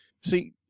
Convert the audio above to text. See